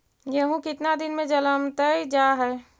गेहूं केतना दिन में जलमतइ जा है?